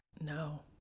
No